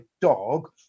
dog